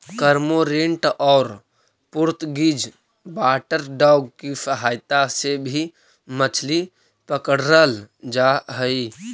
cormorant और Portuguese water dog की सहायता से भी मछली पकड़रल जा हई